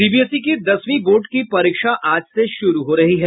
CBSE की दसवीं board की परीक्षा आज से शुरू हो रही है